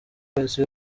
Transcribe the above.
polisi